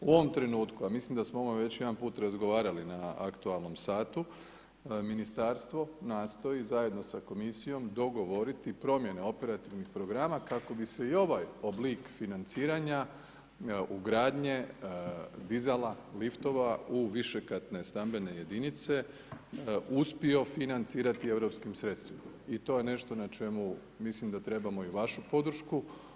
U ovom trenutku, a mislim da smo o ovom već jedan put razgovarali na aktualnom satu ministarstvo nastoji zajedno sa komisijom dogovoriti promjene operativnih programa kako bi se i ovaj oblik financiranja, ugradnje dizala liftova u višekatne stambene jedinice uspio financirati europskim sredstvima i ti je nešto na ćemo trebamo i vašu podršku.